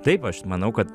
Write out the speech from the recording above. taip aš manau kad